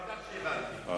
בטח שהבנתי.